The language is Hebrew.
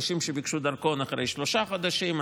אנשים שביקשו דרכון אחרי שלושה חודשים,